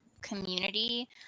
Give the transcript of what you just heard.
community